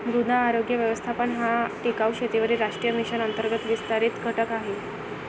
मृदा आरोग्य व्यवस्थापन हा टिकाऊ शेतीवरील राष्ट्रीय मिशन अंतर्गत विस्तारित घटक आहे